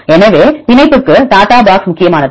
எனவே பிணைப்புக்கு டாடா பாக்ஸ்முக்கியமானது